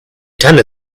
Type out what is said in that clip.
tanne